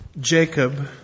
Jacob